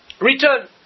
Return